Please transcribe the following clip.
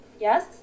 Yes